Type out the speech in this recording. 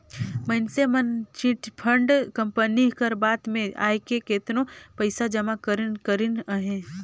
मइनसे मन chit fund company कर बात में आएके केतनो पइसा जमा करिन करिन अहें